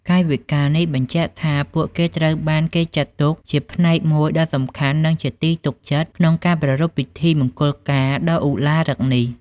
កាយវិការនេះបញ្ជាក់ថា ពួកគេត្រូវបានគេចាត់ទុកជា ផ្នែកមួយដ៏សំខាន់ និងជាទីទុកចិត្ត ក្នុងការប្រារព្ធពិធីមង្គលការដ៏ឧឡារិកនេះ។